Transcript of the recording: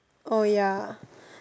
oh ya